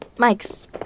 Mike's